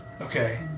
Okay